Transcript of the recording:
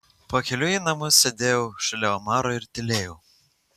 pakeliui į namus sėdėjau šalia omaro ir tylėjau